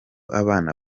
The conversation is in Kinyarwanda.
abana